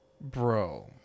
bro